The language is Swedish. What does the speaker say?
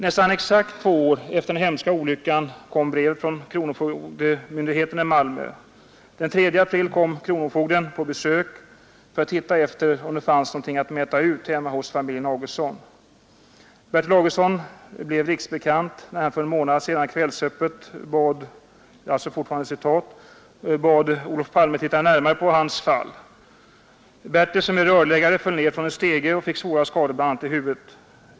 Nästan exakt två år efter den hemska olyckan kom brevet från kronofogdemyndigheten i Malmö. Den 3 april kommer kronofogden på besök för att titta efter om det finns något att mäta ut hemma hos familjen Augustsson. Bertil Augustsson blev riksbekant när han för en månad sedan i Kvällsöppet bad Olof Palme titta närmare på hans fall. Bertil som är rörläggare, föll ner från en stege och fick svåra skador bl.a. i huvudet.